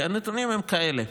כי הנתונים הם כאלה: